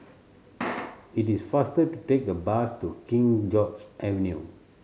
it is faster to take the bus to King George's Avenue